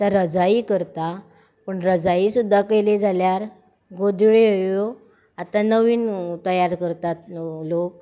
रजाई करता पूण रजाई सुद्दां केली जाल्यार गोदड्यो ह्यो आतां नवीन तयार करतात लोक